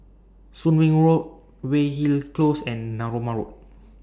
Soon Wing Road Weyhill Close and Narooma Road